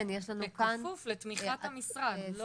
בכפוף לתמיכת המשרד.